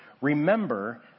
remember